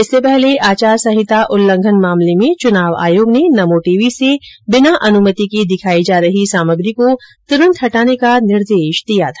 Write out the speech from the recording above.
इससे पहले आचार संहिता उल्लंघन मामले में चुनाव आयोग ने नमो टीवी से बिना अनुमति के दिखाई जा रही सामग्री को तुरंत हटाने का निर्देश दिया था